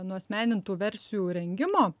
nuasmenintų versijų rengimo